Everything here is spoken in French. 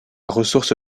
ressource